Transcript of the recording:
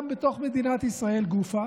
גם בתוך מדינת ישראל גופה,